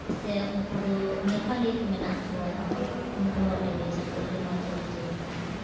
ᱥᱮ ᱩᱱᱠᱩ ᱫᱚ ᱱᱮᱯᱟᱞᱤ ᱠᱚ ᱢᱮᱱᱟᱜ ᱠᱚᱣᱟ ᱩᱱᱠᱩ ᱟᱹᱰᱤ ᱵᱮᱥᱟᱠᱚ ᱟᱰᱤ ᱢᱚᱡᱽ ᱟᱹᱨᱤᱪᱟᱹᱞᱤ ᱛᱟᱠᱚ